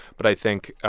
but i think,